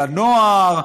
לנוער,